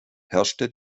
herrschte